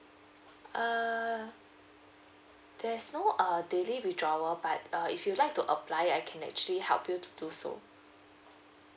err there's no uh daily withdrawal but uh if you'd like to apply I can actually help you to do so